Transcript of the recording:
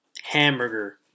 Hamburger